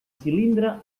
cilindre